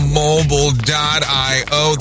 mobile.io